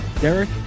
Derek